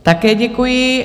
Také děkuji.